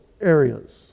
areas